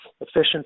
efficiency